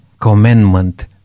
commandment